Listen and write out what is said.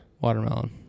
Watermelon